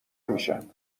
میشن